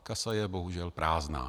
Kasa je bohužel prázdná.